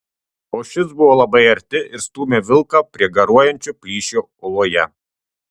o šis buvo labai arti ir stūmė vilką prie garuojančio plyšio uoloje